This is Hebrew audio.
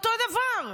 אותו דבר.